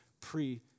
pre